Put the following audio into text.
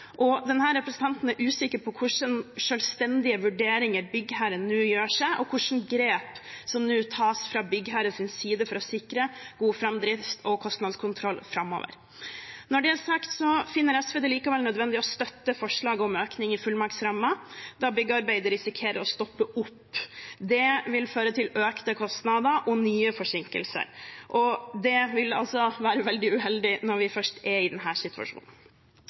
og denne representanten er usikker på hvilke selvstendige vurderinger byggherren nå gjør, og hvilke grep som nå tas fra byggherrens side for å sikre god framdrift og kostnadskontroll framover. Når det er sagt, finner SV det likevel nødvendig å støtte forslaget om en økning i fullmaktsrammen, da byggearbeidet ellers risikerer å stoppe opp. Det vil føre til økte kostnader og nye forsinkelser, og det vil være veldig uheldig når vi først er i denne situasjonen.